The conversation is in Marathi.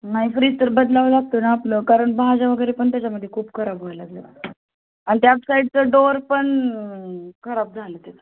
नाही फ्रीज तर बदलावं लागतं ना आपलं कारण भाज्या वगैरे पण त्याच्यामध्ये खूप खराब व्हायला लागलं आणि त्या साईडचं डोअर पण खराब झालं त्याचं